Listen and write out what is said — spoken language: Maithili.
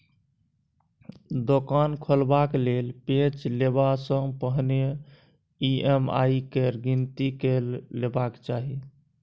दोकान खोलबाक लेल पैंच लेबासँ पहिने ई.एम.आई केर गिनती कए लेबाक चाही